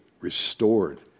restored